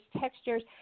textures